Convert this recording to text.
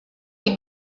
est